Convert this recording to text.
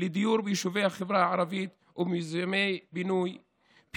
לדיור ביישובי החברה הערבית ומיזמי פינוי-בינוי.